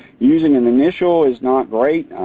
using an initial is not great.